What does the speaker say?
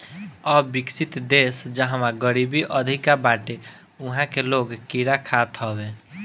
अविकसित देस जहवा गरीबी अधिका बाटे उहा के लोग कीड़ा खात हवे